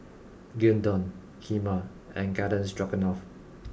Gyudon Kheema and Garden Stroganoff